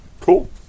Cool